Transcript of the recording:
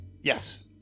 Yes